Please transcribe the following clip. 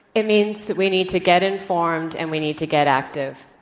it means that we need to get informed, and we need to get active.